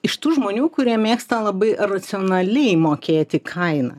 iš tų žmonių kurie mėgsta labai racionaliai mokėti kainą